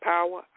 Power